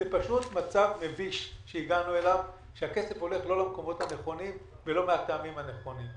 פשוט מצב מביש שהכסף לא הולך למקומות הנכונים ולא מהטעמים הנכונים.